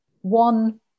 one